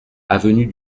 avenue